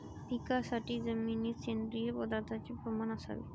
पिकासाठी जमिनीत सेंद्रिय पदार्थाचे प्रमाण असावे